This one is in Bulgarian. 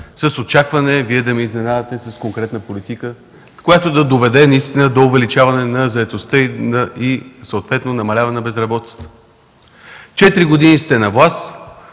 с очакване Вие да ни изненадате с конкретна политика, която да доведе наистина до увеличаване на заетостта и съответно намаляване на безработицата. Четири години сте на власт,